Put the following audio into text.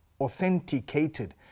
authenticated